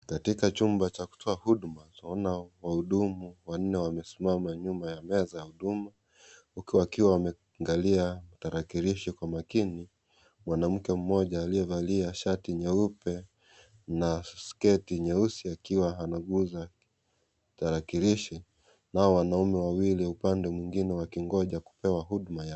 Katika chumba cha kutoa huduma twaona wahudumu wanne wamesimama nyuma ya meza ya huduma huku wakiwa wameangalia tarakilishi kwa makini mwanamke mmoja aliyevalia shati nyeupe na sketi nyeusi akiwa anaguza tarakilishi. Nao wanaume wawili upande mwingine wakingoja kupewa huduma yao.